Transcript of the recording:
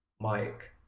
Mike